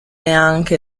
anche